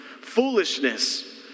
Foolishness